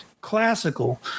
classical